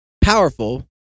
powerful